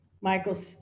Michael